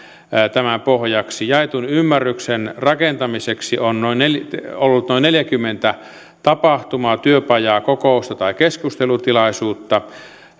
tämän pohjaksi jaetun ymmärryksen rakentamiseksi on ollut noin neljäkymmentä tapahtumaa työpajaa kokousta tai keskustelutilaisuutta